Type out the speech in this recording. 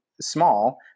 small